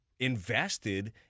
invested